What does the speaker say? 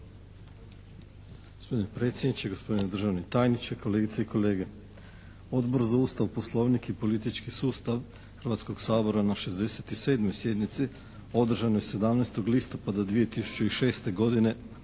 Gospodine predsjedniče, gospodine državni tajniče, kolegice i kolege. Odbor za Ustav, Poslovnik i politički sustav Hrvatskog sabora na 67. sjednici održanoj 17. listopada 2006. godine